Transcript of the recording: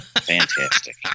fantastic